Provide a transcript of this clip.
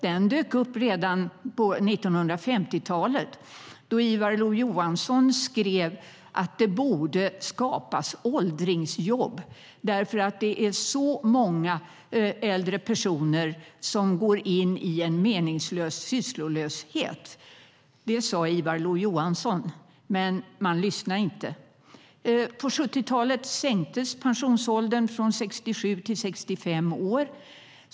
Den dök upp redan på 1950-talet då Ivar Lo-Johansson skrev att det borde skapas åldringsjobb eftersom det är så många äldre personer som går in i en meningslös sysslolöshet. Men man lyssnade inte på Ivar Lo-Johansson.På 70-talet sänktes pensionsåldern från 67 till 65 år.